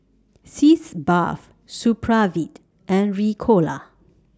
Sitz Bath Supravit and Ricola